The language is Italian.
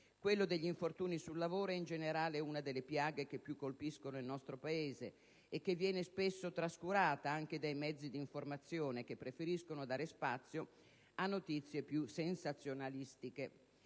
Quella degli infortuni sul lavoro è, in generale, una delle piaghe che più colpisce il nostro Paese e che viene spesso trascurata anche dai mezzi di informazione, i quali preferiscono dare spazio a notizie più sensazionalistiche